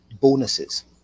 bonuses